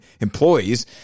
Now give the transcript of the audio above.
employees